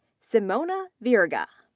simone ah virga,